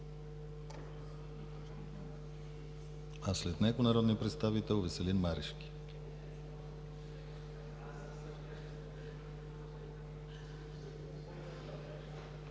а след него народният представител Веселин Марешки.